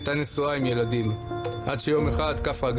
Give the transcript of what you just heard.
רצון להרוויח כסף בצורה